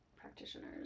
practitioners